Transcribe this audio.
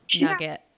nugget